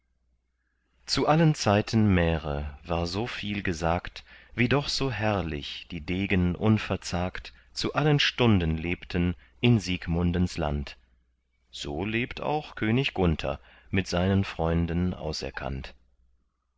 zu allen zeiten märe war so viel gesagt wie doch so herrlich die degen unverzagt zu allen stunden lebten in siegmundens land so lebt auch könig gunther mit seinen freunden auserkannt